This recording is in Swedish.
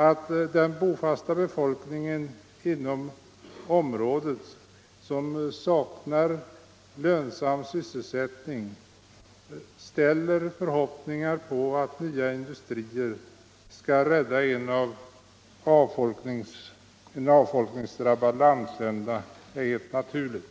Att den bofasta befolkningen inom området, som saknar lönsam sysselsättning, ställer förhoppningar på att nya industrier skall rädda en avfolkningsdrabbad landsända, är helt naturligt.